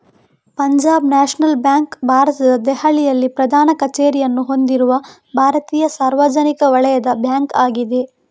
Punjab national bank ಭಾರತದ ದೆಹಲಿಯಲ್ಲಿ ಪ್ರಧಾನ ಕಚೇರಿಯನ್ನು ಹೊಂದಿರುವ ಭಾರತೀಯ ಸಾರ್ವಜನಿಕ ವಲಯದ ಬ್ಯಾಂಕ್ ಆಗಿದೆ